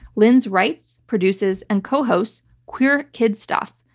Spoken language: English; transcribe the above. lindz writes, produces and co-hosts queer kid stuff,